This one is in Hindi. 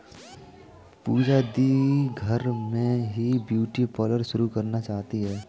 पूजा दी घर में ही ब्यूटी पार्लर शुरू करना चाहती है